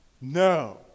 no